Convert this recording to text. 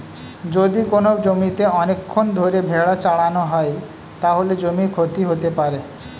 যদি কোনো জমিতে অনেকক্ষণ ধরে ভেড়া চড়ানো হয়, তাহলে জমির ক্ষতি হতে পারে